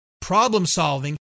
problem-solving